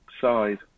side